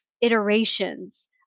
iterations